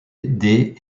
des